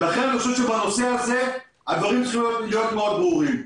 לכן בנושא הזה הדברים צריכים להיות ברורים לדעתי.